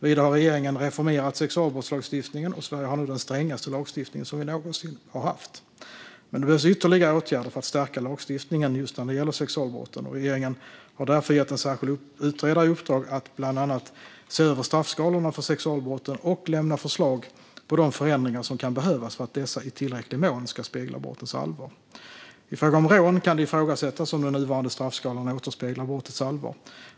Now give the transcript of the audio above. Vidare har regeringen reformerat sexualbrottslagstiftningen, och Sverige har nu den strängaste lagstiftning vi någonsin haft. Men det behövs ytterligare åtgärder för att stärka lagstiftningen när det gäller sexualbrott. Regeringen har därför gett en särskild utredare i uppdrag att bland annat se över straffskalorna för sexualbrott och lämna förslag på de förändringar som kan behövas för att dessa i tillräcklig mån ska spegla brottens allvar. I fråga om rån kan det ifrågasättas om den nuvarande straffskalan återspeglar brottets allvar.